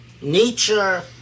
nature